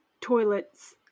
toilets